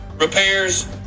repairs